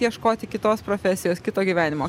ieškoti kitos profesijos kito gyvenimo